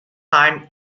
time